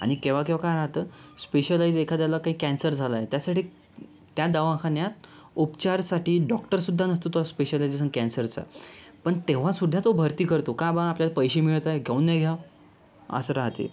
आणि केव्हा केव्हा काय राहतं स्पेशलाईझ्ड एखाद्याला काही कॅन्सर झाला आहे त्यासाठी त्या दवाखान्यात उपचारसाठी डॉक्टर सुद्धा नसतो त्या स्पेशलायझेशन कॅन्सरचा पण तेव्हा सुद्धा तो भरती करतो का बुवा आपल्याला पैसे मिळत आहेत काहून नाही घ्यावं असं राहते